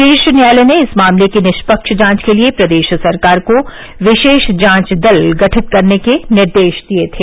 शीर्ष न्यायालय ने इस मामले की निष्पक्ष जांच के लिये प्रदेश सरकार को विशेष जांच दल गठित करने के निर्देश दिये थे